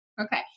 Okay